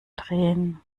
drehen